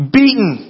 beaten